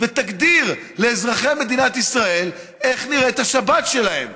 ותגדיר לאזרחי מדינת ישראל איך נראית השבת שלהם,